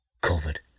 covered